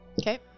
Okay